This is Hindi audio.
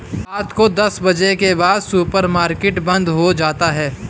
रात को दस बजे के बाद सुपर मार्केट बंद हो जाता है